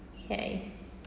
okay